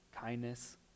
kindness